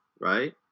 right